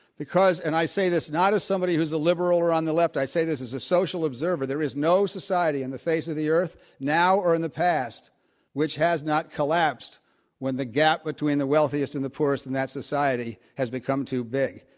because and i say this not as somebody who's a liberal or on the left. i say this as a social observer. there is no society on and the face of the earth now or in the past which has not collapsed when the gap between the wealthiest and the poorest in and that society has become too big.